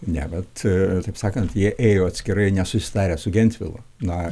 ne bet taip sakant jie ėjo atskirai nesusitarę su gentvilu na